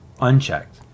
unchecked